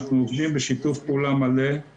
זו שאלה חברת הכנסת קארין אלהרר, תודה רבה.